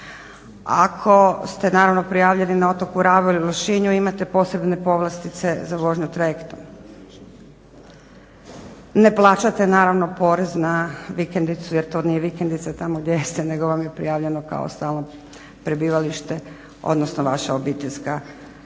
ako ste naravno prijavljeni na otoku Rabu ili Lošinju imate posebne povlastice za vožnju trajektom, ne plaćate naravno porez na vikendicu jer to nije vikendica tamo gdje ste nego vam je prijavljeno kao stalno prebivalište odnosno vaša obiteljska kuća.